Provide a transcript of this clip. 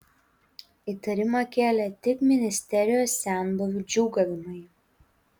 įtarimą kėlė tik ministerijos senbuvių džiūgavimai